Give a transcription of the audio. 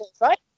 right